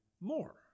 More